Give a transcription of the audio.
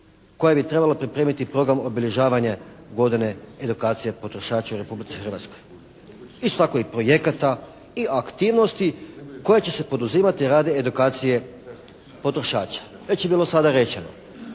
koja bi trebala pripremiti program obilježavanja godine edukacije potrošača u Republici Hrvatskoj? Iz svakojeg projekata i aktivnosti koje će se poduzimati radi edukacije potrošača. Već je bilo sada rečeno,